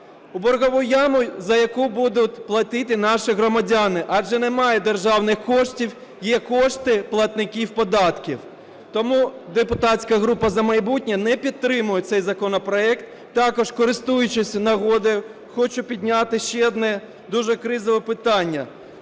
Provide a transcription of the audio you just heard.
В боргову яму, за яку будуть платити наші громадяни, адже немає державних коштів, є кошти платників податків. Тому депутатська група "За майбутнє" не підтримує цей законопроект. Також користуючись нагодою хочу підняти ще одне дуже кризове питання,